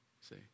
See